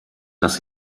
dass